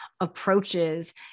approaches